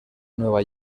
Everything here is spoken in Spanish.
nueva